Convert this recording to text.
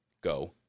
Go